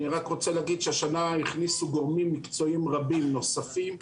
אני רק רוצה להגיד שהשנה הכניסו גורמים מקצועיים רבים נוספים.